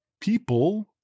people